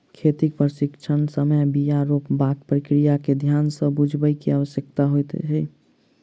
खेतीक प्रशिक्षणक समय बीया रोपबाक प्रक्रिया के ध्यान सँ बुझबअ के आवश्यकता होइत छै